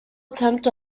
attempt